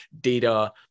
data